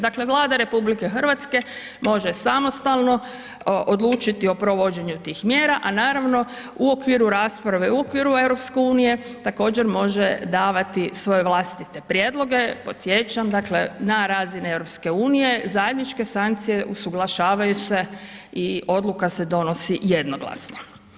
Dakle, Vlada RH može samostalno odlučiti o provođenju tih mjera, a naravno u okviru rasprave, u okviru EU također može davati svoje vlastite prijedloge, podsjećam, dakle, na razini EU zajedničke sankcije usuglašavaju se i odluka se donosi jednoglasno.